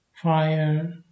fire